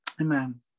Amen